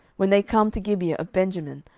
when they come to gibeah of benjamin,